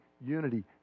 unity